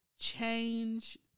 change